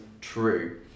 true